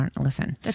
Listen